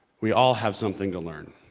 we all have something to learn.